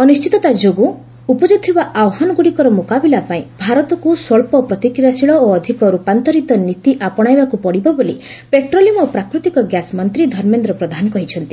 ଅନିଶ୍ଚିତତା ଯୋଗୁଁ ଉପୁକୁଥିବା ଆହ୍ୱାନଗୁଡ଼ିକର ମୁକାବିଲା ପାଇଁ ଭାରତକୁ ସ୍ୱଚ୍ଚ ପ୍ରତିକ୍ରିୟାଶୀଳ ଓ ଅଧିକ ରୂପାନ୍ତରିତ ନୀତି ଆପଣାଇବାକୁ ପଡ଼ିବ ବୋଲି ପେଟ୍ରୋଲିୟମ୍ ଓ ପ୍ରାକୃତିକ ଗ୍ୟାସ୍ ମନ୍ତ୍ରୀ ଧର୍ମେନ୍ଦ୍ର ପ୍ରଧାନ କହିଛନ୍ତି